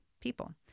people